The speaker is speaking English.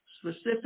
specific